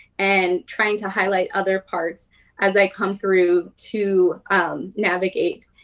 and trying to highlight other parts as i come through to um navigate.